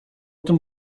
tym